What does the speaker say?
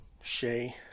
Shay